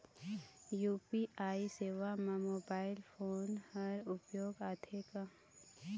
UPI सेवा म mobile phone हर उपयोग आथे का?